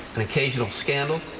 and occasional scandal,